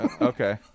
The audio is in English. Okay